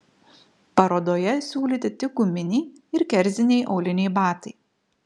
parodoje siūlyti tik guminiai ir kerziniai auliniai batai